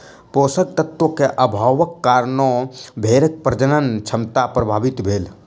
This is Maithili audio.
पोषक तत्व के अभावक कारणें भेड़क प्रजनन क्षमता प्रभावित भेल